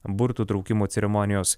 burtų traukimų ceremonijos